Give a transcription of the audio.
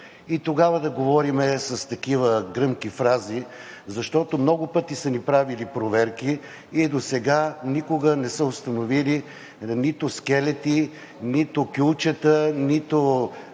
и тогава да говорим с такива гръмки фрази, защото много пъти са ни правили проверки и досега никога не са установили нито скелети, нито кюлчета, нито